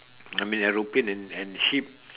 I mean aeroplane and and ship